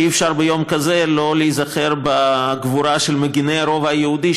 ביום כזה אי-אפשר שלא להיזכר בגבורה של מגִני הרובע היהודי,